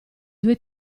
due